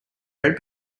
red